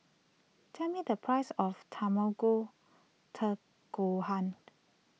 tell me the price of Tamago term Gohan